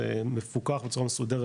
זה מפוקח בצורה מסודרת,